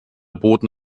boten